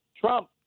Trump